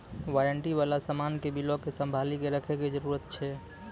warranty बाला समान के बिलो के संभाली के रखै के जरूरत छै